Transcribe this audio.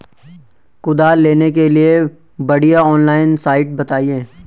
कुदाल लेने के लिए बढ़िया ऑनलाइन साइट बतायें?